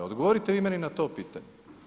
Odgovorite vi meni na to pitanje.